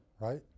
right